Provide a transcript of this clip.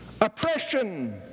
oppression